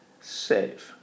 save